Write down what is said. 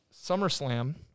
SummerSlam